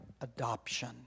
adoption